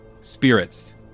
spirits